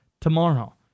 tomorrow